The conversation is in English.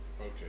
okay